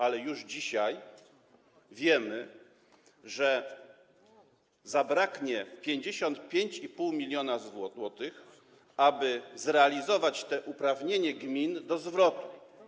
Ale już dzisiaj wiemy, że zabraknie 55,5 mln zł, aby zrealizować to uprawnienie gmin do zwrotu.